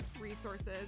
resources